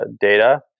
data